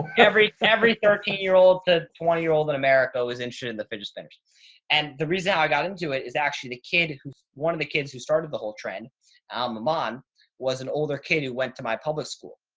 every, every thirteen year old. the twenty year old in america was interested in the fidget spinners and the reason i got into it is actually the candidate who's one of the kids who started the whole trend um amman, it was an older kid who went to my public school.